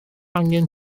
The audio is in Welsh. angen